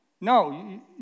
No